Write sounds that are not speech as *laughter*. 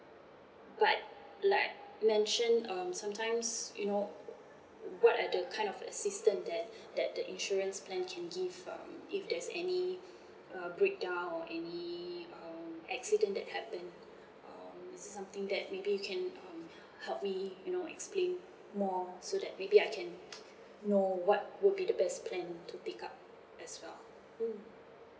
but like mentioned um sometimes you know what are the kind of assistant that that the insurance plan can give um if there is any uh breakdown or any um accident that happen um something that maybe you can um help me you know explain more so that maybe I can *noise* know what would be the best plan to pick up as well mm